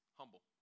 humble